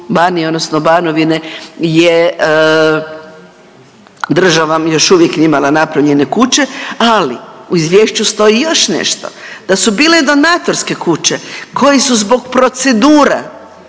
Banije odnosno Banovine je država još uvijek nije imala napravljene kuće, ali u izvješću stoji još nešto, da su bile donatorske kuće koje su zbog procedura